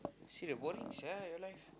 serious boring sia your life